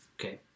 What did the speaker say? Okay